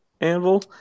anvil